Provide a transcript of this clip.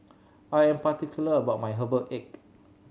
I am particular about my herbal egg